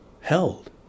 held